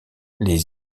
les